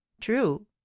true